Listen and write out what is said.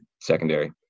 secondary